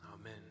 Amen